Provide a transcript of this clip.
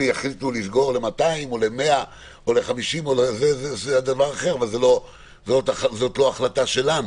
אם יחליטו לסגור ל-200 או ל-100 זה דבר אחר אבל זאת לא החלטה שלנו.